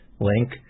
link